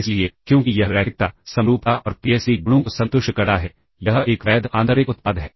इसलिए क्योंकि यह रैखिकता समरूपता और पीएसडी गुणों को संतुष्ट करता है यह एक वैध आंतरिक उत्पाद है